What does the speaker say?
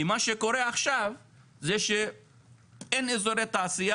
כי מה שקורה עכשיו זה שאין אזורי תעשייה,